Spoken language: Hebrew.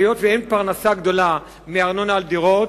היות שאין פרנסה גדולה מארנונה על דירות,